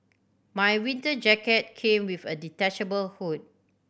my winter jacket came with a detachable hood